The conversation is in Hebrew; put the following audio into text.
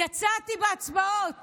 יצאתי בהצבעות